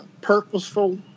purposeful